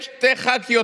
זה לא לכיסי,